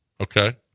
Okay